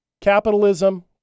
capitalism